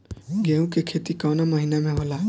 गेहूँ के खेती कवना महीना में होला?